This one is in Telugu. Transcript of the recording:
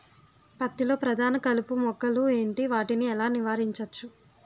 పత్తి లో ప్రధాన కలుపు మొక్కలు ఎంటి? వాటిని ఎలా నీవారించచ్చు?